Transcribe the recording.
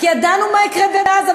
כי ידענו מה יקרה בעזה,